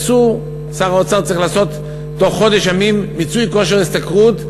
שר האוצר צריך לעשות בתוך חודש ימים מיצוי כושר השתכרות,